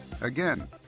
Again